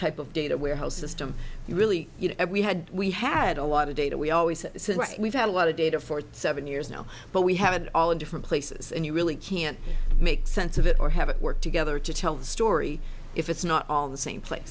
type of data warehouse system you really you know we had we had a lot of data we always said we've had a lot of data for seven years now but we have it all in different places and you really can't make sense of it or have it work together to tell the story if it's not all in the same place